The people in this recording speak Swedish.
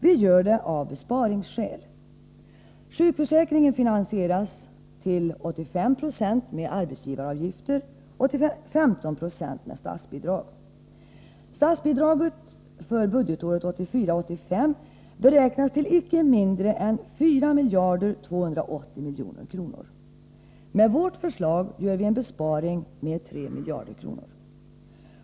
Vi gör det av besparingsskäl. Sjukförsäkringen finansieras till 85 26 med arbetsgivaravgifter och till 15 90 med statsbidrag. Statsbidraget för budgetåret 1984/85 beräknas till icke mindre än 4 280 000 000 kr. Med vårt förslag gör vi en besparing med 3 miljarder kronor.